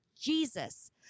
Jesus